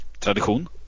Tradition